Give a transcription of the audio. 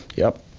yup.